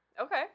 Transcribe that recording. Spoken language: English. Okay